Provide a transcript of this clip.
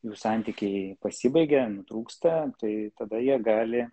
jų santykiai pasibaigia nutrūksta tai tada jie gali